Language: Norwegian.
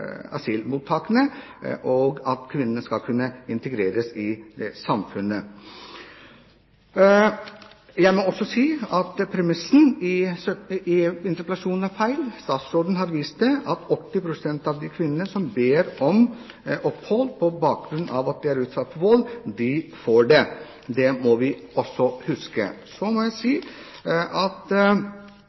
asylmottakene og tiltak for at kvinnene skal kunne integreres i samfunnet. Jeg må også si at premissen i interpellasjonen er feil. Statsråden har vist til at 80 pst. av de kvinnene som ber om opphold på bakgrunn av at de er utsatt for vold, får det. Det må vi også huske. Så må jeg si at